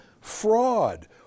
Fraud